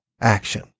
action